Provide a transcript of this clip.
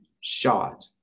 shot